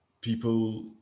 people